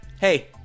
Hey